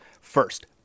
first